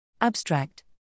ABSTRACT